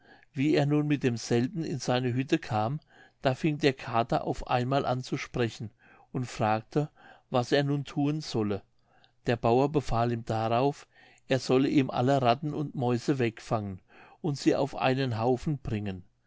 wie er nun mit demselben in seine hütte kam da fing der kater auf einmal an zu sprechen und fragte was er nun thun solle der bauer befahl ihm darauf er solle ihm alle ratten und mäuse wegfangen und sie auf einen haufen bringen